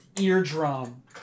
eardrum